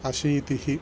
अशीतिः